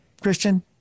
christian